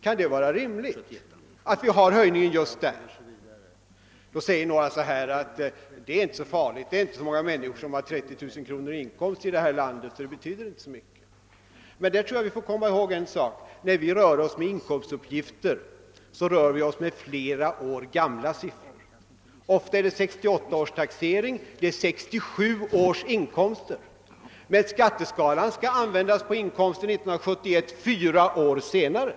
Kan det vara rimligt att höjningen sker just där? Då säger några att det är inte så många människor i det här landet som har 30 000 kronor i inkomst, så det betyder inte så mycket. Jag tror att vi måste komma ihåg en sak: när vi rör oss med inkomstuppgifter, rör vi oss med flera år gamla siffror. Just nu är det ofta fråga om siffror från 1968 års taxering, d.v.s. 1967 års inkomster, men skatteskalan skall användas på inkomster år 1971, fyra år senare!